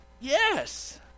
Yes